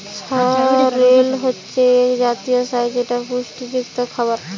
সরেল হচ্ছে এক জাতীয় শাক যেটা পুষ্টিযুক্ত খাবার